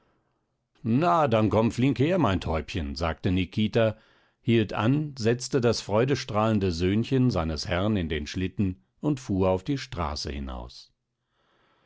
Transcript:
na dann komm flink her mein täubchen sagte nikita hielt an setzte das freudestrahlende söhnchen seines herrn in den schlitten und fuhr auf die straße hinaus